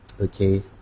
okay